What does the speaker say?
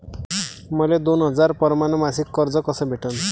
मले दोन हजार परमाने मासिक कर्ज कस भेटन?